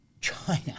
China